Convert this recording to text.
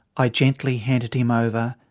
i gently handed him over,